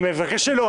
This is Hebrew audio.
אני מבקש שלא,